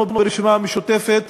אנחנו ברשימה המשותפת